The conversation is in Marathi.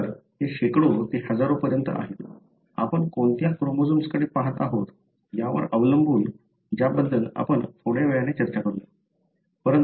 तर ते शेकडो ते हजारो पर्यंत आहेत आपण कोणत्या क्रोमोझोम्सकडे पहात आहोत यावर अवलंबून ज्याबद्दल आपण थोड्या वेळाने चर्चा करू